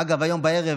אגב,